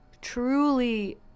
truly